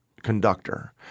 conductor